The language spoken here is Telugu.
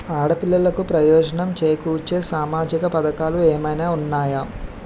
ఆడపిల్లలకు ప్రయోజనం చేకూర్చే సామాజిక పథకాలు ఏమైనా ఉన్నాయా?